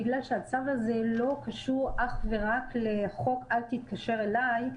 בגלל שהצו הזה לא קשור אך ורק לחוק אל תתקשר אליי,